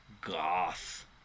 goth